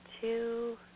two